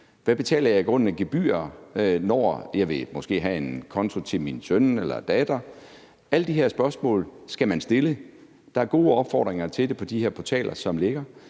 Hvad betaler jeg i grunden i gebyrer, når jeg måske vil have en konto til min søn eller datter? Alle de her spørgsmål skal man stille. Der er gode opfordringer til det på de her portaler, som er der.